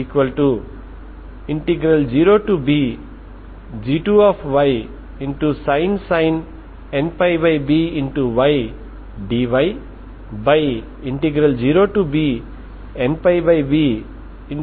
కాబట్టి స్థిరమైన స్థితి అంటే uxyt అనేది t మీద ఆధారపడి ఉండే ఉష్ణోగ్రత uxyఫంక్షన్ అవుతుంది అది t మీద ఆధారపడి ఉండదు కనుక అలా అయితే హీట్ ఈక్వేషన్ 2uxxuyy0 ఎందుకంటే ut0 అవుతుంది